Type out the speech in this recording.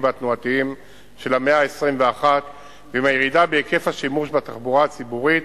והתנועתיים של המאה ה-21 ועם הירידה בהיקף השימוש בתחבורה הציבורית